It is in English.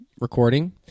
recording